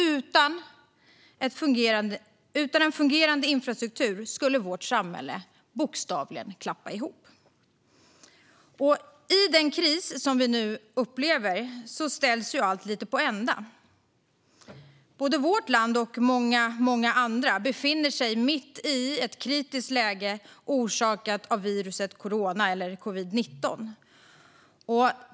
Utan en fungerande infrastruktur skulle vårt samhälle bokstavligen klappa ihop. I den kris som vi nu upplever ställs allt lite på ända. Både vårt land och många andra befinner sig mitt i ett kritiskt läge orsakat av viruset corona eller covid-19.